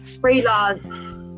freelance